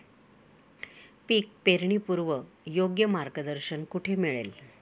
पीक पेरणीपूर्व योग्य मार्गदर्शन कुठे मिळेल?